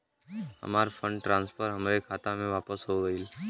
हमार fund transfer हमरे खाता मे वापस हो गईल